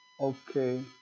Okay